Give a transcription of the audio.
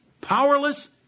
powerless